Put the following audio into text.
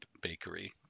bakery